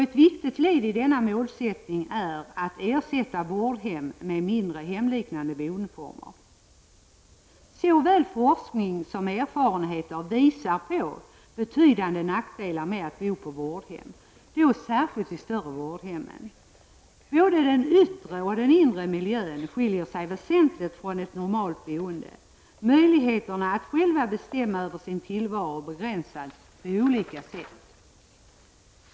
Ett viktigt led i denna målsättning är att ersätta vårdhem med mindre, hemliknande boendeformer. Såväl forskning som erfarenheter visar på betydande nackdelar med att bo på vårdhem, och detta gäller särskilt de större vårdhemmen. Både den yttre och den inre miljön skiljer sig väsentligt från ett normalt boende. Möjligheterna att själv bestämma över sin tillvaro begränsas på olika sätt.